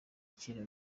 kera